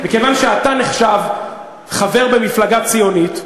מכיוון שאתה נחשב חבר במפלגה ציונית,